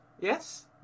Yes